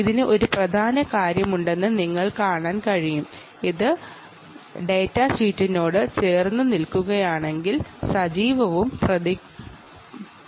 ഇത് ഡാറ്റാഷീറ്റിൽ പറഞ്ഞിരിക്കുന്ന വാല്യു ആയി ചേർന്നുനിൽക്കുകയാണെങ്കിൽ അത് നന്നായി പ്രവർത്തിക്കുന്നു